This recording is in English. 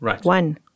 one